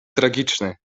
tragiczny